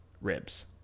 ribs